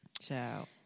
Ciao